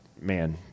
man